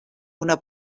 una